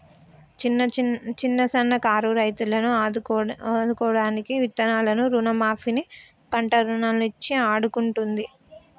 చిన్న సన్న కారు రైతులను ఆదుకోడానికి విత్తనాలను రుణ మాఫీ ని, పంట రుణాలను ఇచ్చి ఆడుకుంటుంది